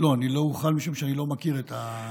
לא, אני לא אוכל, משום שאני לא מכיר את הנושא.